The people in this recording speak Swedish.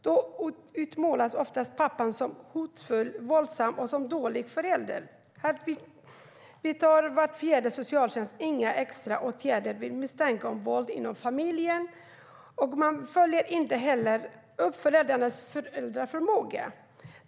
Då utmålas oftast pappan som hotfull, våldsam och som en dålig förälder. Var fjärde socialtjänst vidtar inga extra åtgärder vid misstanke om våld inom familjen. Man följer inte heller upp föräldrarnas föräldraförmåga.